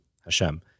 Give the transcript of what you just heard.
Hashem